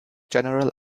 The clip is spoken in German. general